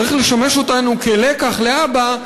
צריך לשמש אותנו כלקח להבא,